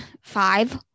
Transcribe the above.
five